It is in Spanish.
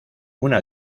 una